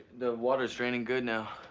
the water's draining good now.